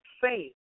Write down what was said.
faith